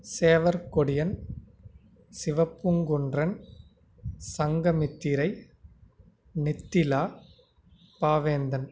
Sevarkodiyan Sivapoonkundran Sangamithirai Nithila Pavendhan